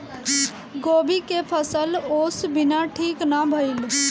गोभी के फसल ओस बिना ठीक ना भइल